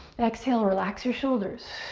exhale, relax your shoulders.